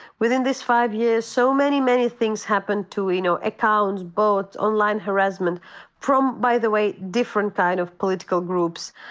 within this five years so many, many things happened to, you know, accounts, votes, online harassment from, by the way different kind of political groups.